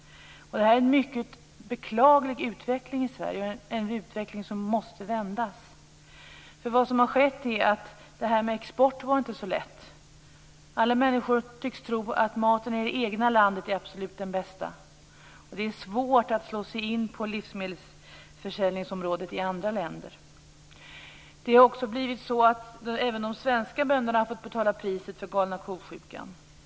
Denna utveckling i Sverige är verkligen beklaglig och måste vändas. Det här med export var inte så lätt. Alla människor tycks tro att maten i det egna landet är den absolut bästa maten. Det är svårt att slå sig in på livsmedelsförsäljningsområdet i andra länder. Även de svenska bönderna har fått betala ett pris för galna ko-sjukan.